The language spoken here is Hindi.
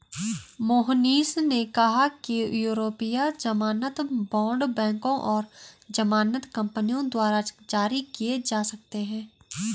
मोहनीश ने कहा कि यूरोपीय ज़मानत बॉण्ड बैंकों और ज़मानत कंपनियों द्वारा जारी किए जा सकते हैं